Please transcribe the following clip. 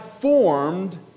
formed